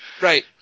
Right